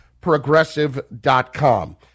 Progressive.com